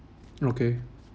okay